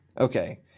Okay